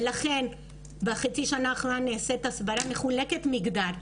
ולכן בחצי השנה האחרונה נעשית הסברה מחולקת מגדר,